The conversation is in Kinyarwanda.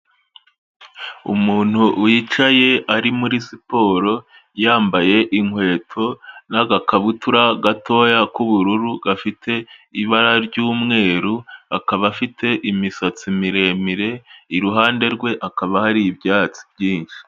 Umuntu wicaye ari muri siporo yambaye inkweto n'agakabutura gatoya k'ubururu gafite ibara ry'umweru, akaba afite imisatsi miremire iruhande rwe hakaba hari ibyatsi byinshi.